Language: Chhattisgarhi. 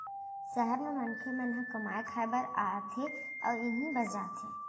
सहर म मनखे मन ह कमाए खाए बर आथे अउ इहें बस जाथे